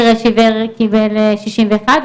חירש עיוור קיבל שישים ואחת,